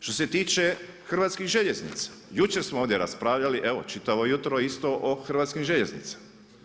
Što se tiče Hrvatskim željeznica, jučer smo ovdje raspravljali, evo čitavo jutro isto o Hrvatskim željeznicama.